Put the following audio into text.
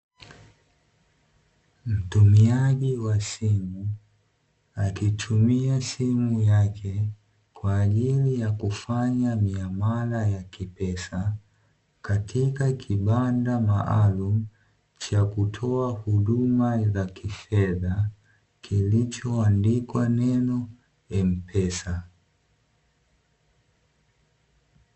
Mtumiaji wa simu, akitumia simu yake kwa ajili ya kufanya miamala ya kipesa katika kibanda maalumu, cha kutoa huduma za kifedha kilichoandikwa neno "Mpesa".